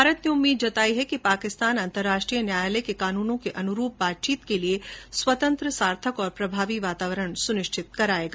भारत ने उम्मीद जताई है कि पाकिस्तान अंतर्राष्ट्रीय न्यायालय के कानूनों के अनुरूप बातचीत के लिए स्वतंत्र सार्थक और प्रभावी वातावरण सुनिश्चित कराएगा